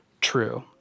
true